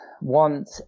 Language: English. want